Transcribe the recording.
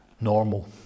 normal